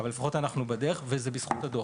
אבל לפחות אנחנו בדרך, וזה בזכות הדו"ח.